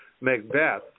Macbeth